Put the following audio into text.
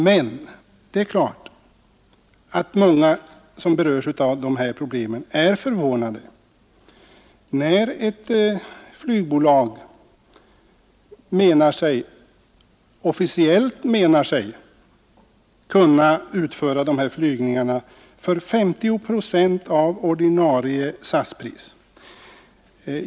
Men många som berörs av dessa problem är naturligtvis förvånade när ett flygbolag officiellt talar om att det kan utföra dessa flygningar för 50 procent av ordinarie SAS-pris.